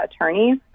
attorneys